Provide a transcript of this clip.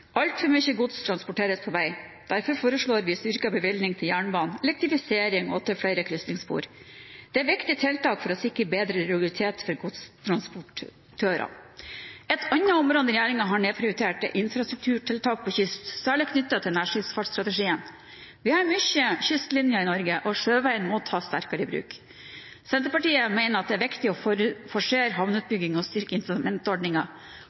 på vei. Derfor foreslår vi styrket bevilgning til jernbanen, til elektrifisering og til flere krysningsspor. Det er viktige tiltak for å sikre bedre regularitet for godstransportørene. Et annet område regjeringen har nedprioritert, er infrastrukturtiltak på kysten, særlig knyttet til nærskipsfartstrategien. Vi har lang kystlinje i Norge, og sjøveien må tas sterkere i bruk. Senterpartiet mener det er viktig å forsere